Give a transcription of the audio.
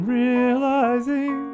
realizing